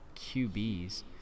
QBs